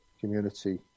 community